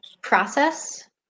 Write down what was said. process